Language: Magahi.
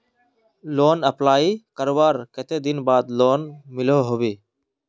लोन अप्लाई करवार कते दिन बाद लोन मिलोहो होबे?